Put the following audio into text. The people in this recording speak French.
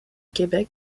québec